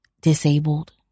disabled